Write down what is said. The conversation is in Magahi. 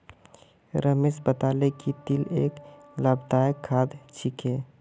रमेश बताले कि तिल एक लाभदायक खाद्य छिके